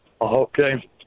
Okay